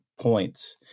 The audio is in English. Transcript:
points